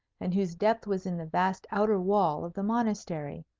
and whose depth was in the vast outer wall of the monastery,